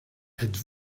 êtes